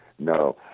No